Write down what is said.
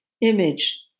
image